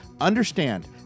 Understand